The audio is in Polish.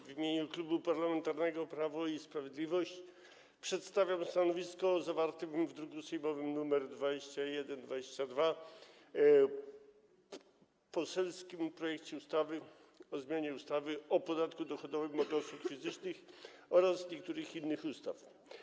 W imieniu Klubu Parlamentarnego Prawo i Sprawiedliwość przedstawiam stanowisko wobec zawartego w druku sejmowym nr 2122 poselskiego projektu ustawy o zmianie ustawy o podatku dochodowym od osób fizycznych oraz niektórych innych ustaw.